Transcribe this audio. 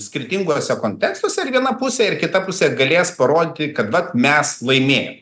skirtinguose kontekstuose ir viena pusė ir kita pusė galės parodyti kad na mes laimėjom